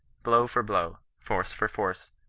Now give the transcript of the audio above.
blow for blow, force for force,